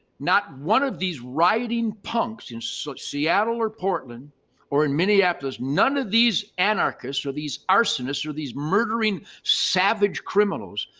not one of these writing punks in seattle or portland or in minneapolis, none of these anarchists or these arsonists or these murdering savage criminals,